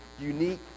unique